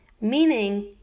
meaning